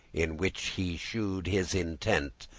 in which he shewed his intent,